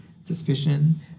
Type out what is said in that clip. suspicion